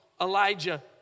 Elijah